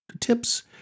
tips